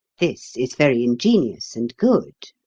this is very ingenious and good.